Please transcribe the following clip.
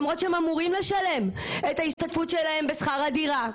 למרות שהם אמורים לשלם את ההשתתפות שלהם בשכר הדירה,